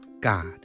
God